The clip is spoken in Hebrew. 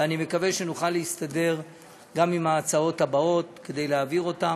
ואני מקווה שנוכל להסתדר גם עם ההצעות הבאות כדי להעביר אותן,